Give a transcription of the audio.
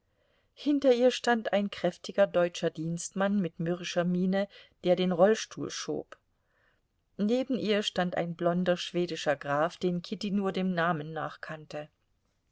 hinter ihr stand ein kräftiger deutscher dienstmann mit mürrischer miene der den rollstuhl schob neben ihr stand ein blonder schwedischer graf den kitty nur dem namen nach kannte